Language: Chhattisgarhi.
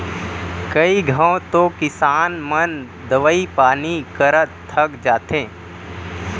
कई घंव तो किसान मन दवई पानी करत थक जाथें